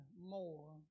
more